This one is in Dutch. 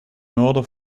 noorden